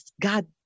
God